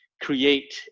create